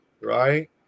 right